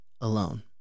alone